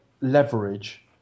leverage